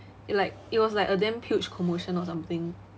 like it was like a damn huge commotion or something